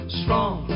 strong